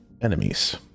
enemies